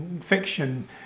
fiction